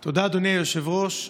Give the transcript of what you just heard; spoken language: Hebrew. תודה, אדוני היושב-ראש.